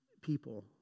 people